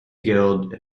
guild